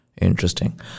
Interesting